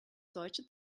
solche